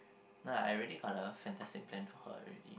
like I really got a fantastic plan for her already